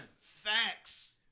Facts